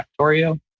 Factorio